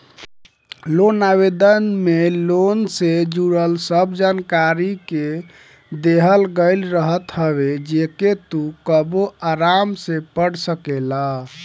loan आवेदन में loan से जुड़ल सब जानकरी के देहल गईल रहत हवे जेके तू कबो आराम से पढ़ सकेला